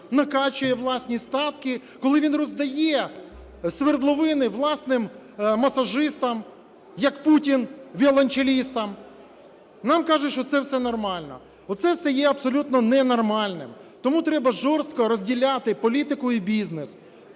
накачує власні статки, коли він роздає свердловини власним масажистам, як Путін віолончелістам, нам кажуть, що це все нормально. Оце все є абсолютно ненормальним. Тому треба жорстко розділяти політику і бізнес.